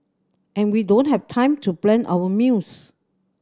and when we don't have time to plan our meals